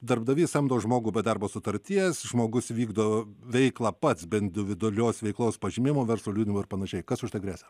darbdavys samdo žmogų be darbo sutarties žmogus vykdo veiklą pats bent du individualios veiklos pažymėjimo verslo liudijimo ir pan kas už tai gresia